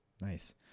nice